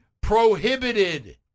prohibited